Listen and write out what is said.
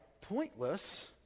pointless